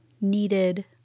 needed